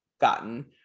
gotten